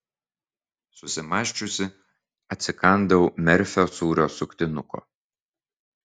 susimąsčiusi atsikandau merfio sūrio suktinuko